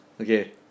Okay